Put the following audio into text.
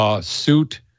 suit